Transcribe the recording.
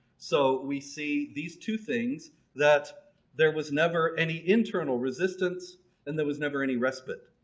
so we see these two things that there was never any internal resistance and there was never any respite.